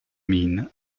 mines